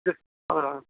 जिस तरह